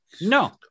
No